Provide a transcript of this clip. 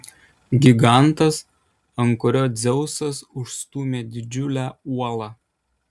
gigantas ant kurio dzeusas užstūmė didžiulę uolą